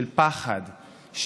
של פחד,